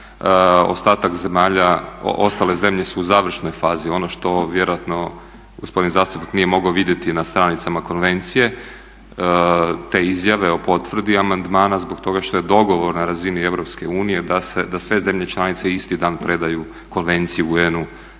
amandmane, ostale zemlje su u završnoj fazi. Ono što vjerojatno gospodin zastupnik nije mogao vidjeti na stranicama konvencije te izjave o potvrdi amandmana zbog toga što je dogovor na razini EU da sve zemlje članice isti dan predaju konvenciji UN-u